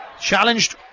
Challenged